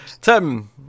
Tim